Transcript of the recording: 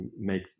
make